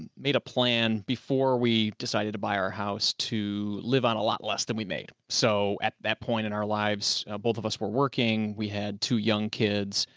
and made a plan before we decided to buy our house to live on a lot less than we made. so at that point in our lives, both of us were working. we had two young kids.